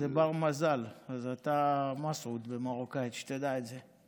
זה בר-מזל, אז אתה מסעוד במרוקאית, שתדע את זה.